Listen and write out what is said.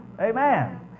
Amen